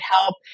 help